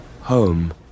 home